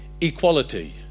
equality